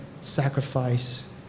sacrifice